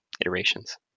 iterations